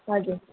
हजुर